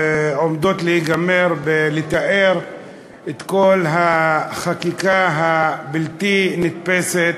עומדות להיגמר בתיאור כל החקיקה הבלתי-נתפסת